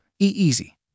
E-easy